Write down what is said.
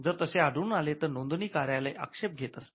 जर तसे आढळून आले तर नोंदणी कार्यालय आक्षेप घेत असते